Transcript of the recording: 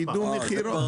קידום מכירות.